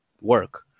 work